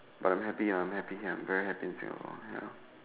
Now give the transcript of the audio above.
but I am happy I'm happy I'm very happy here in Singapore